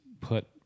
put